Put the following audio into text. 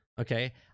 okay